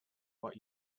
what